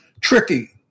tricky